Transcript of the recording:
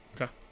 Okay